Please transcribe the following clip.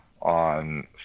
on